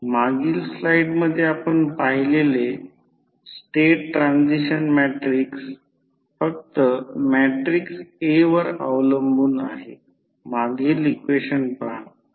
मागील स्लाइडमध्ये आपण पाहिलेले स्टेट ट्रान्सिशन मॅट्रिक्स फक्त मॅट्रिक्स A वर अवलंबून आहे मागील इक्वेशन पहा